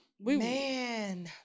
Man